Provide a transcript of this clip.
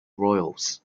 royals